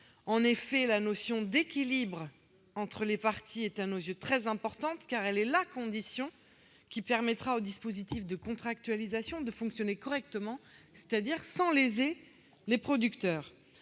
La notion d'équilibre entre les parties est, à nos yeux, très importante, car elle est la condition qui permettra au dispositif de contractualisation de fonctionner correctement, c'est-à-dire sans léser les producteurs.